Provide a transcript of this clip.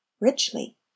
Richly